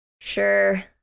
sure